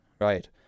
right